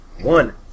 One